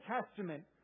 Testament